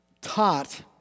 taught